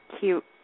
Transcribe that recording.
cute